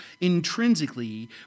intrinsically